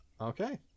Okay